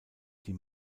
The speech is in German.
die